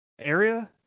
area